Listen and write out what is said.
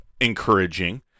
encouraging